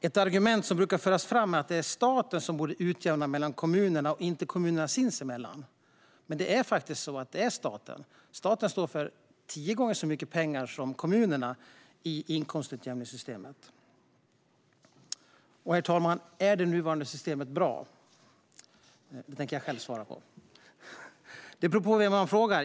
Ett argument som brukar föras fram är att staten borde utjämna mellan kommunerna och inte kommunerna sinsemellan. Så är det också. Staten står för tio gånger så mycket pengar som kommunerna i inkomstutjämningssystemet. Herr talman! Är det nuvarande systemet bra? Den frågan tänker jag själv svara på. Om det är bra beror på vem man frågar.